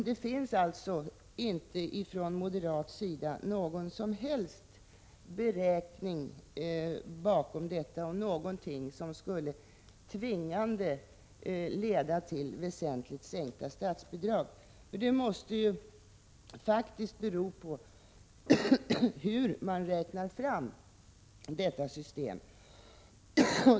Det finns alltså inte från moderaternas sida någon som helst beräkning bakom detta — någonting som tvingande skulle leda till väsentligt sänkta statsbidrag. Det beror ju faktiskt på hur man räknar fram detta system.